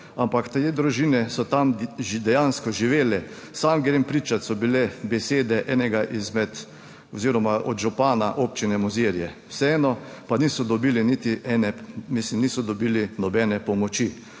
ampak te družine so tam že dejansko živeli. Sam grem pričat, so bile besede enega izmed oziroma od župana občine Mozirje, vseeno pa niso dobili niti ene, mislim, niso dobili nobene pomoči